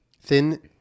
Thin